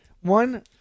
one